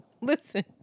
Listen